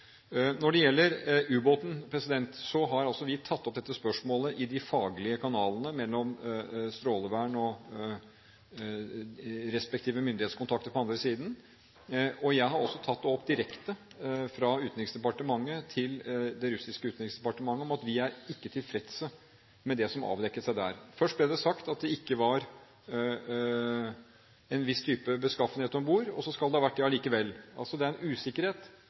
Når det gjelder ubåten, har vi tatt opp dette spørsmålet i de faglige kanalene mellom Strålevernet og de respektive myndighetskontakter på den andre siden. Jeg har også tatt opp direkte med det russiske utenriksdepartementet at vi fra Utenriksdepartementets side ikke er tilfreds med det som avdekket seg der. Først ble det sagt at det ikke var en viss type beskaffenhet om bord, og så skal det ha vært det allikevel. Det er en usikkerhet